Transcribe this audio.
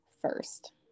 first